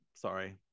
sorry